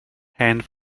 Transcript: hand